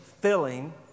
filling